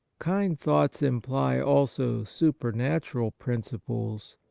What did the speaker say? kind thoughts imply also supernatural principles,